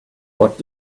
what